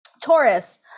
Taurus